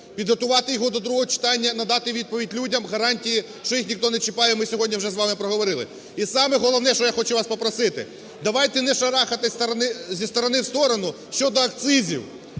Підготувати його до другого читання, надати відповідь людям, гарантії, що їх ніхто не чіпає, ми вже сьогодні з вами проговорили. І саме головне, що я хочу вас попросити: давайте не шарахатись зі сторони в сторону щодо акцизів.